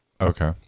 Okay